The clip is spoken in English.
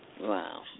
Wow